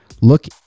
look